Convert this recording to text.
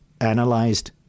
analyzed